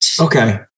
Okay